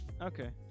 Okay